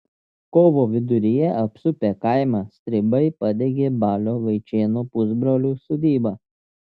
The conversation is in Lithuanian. kovo viduryje apsupę kaimą stribai padegė balio vaičėno pusbrolių sodybą